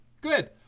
Good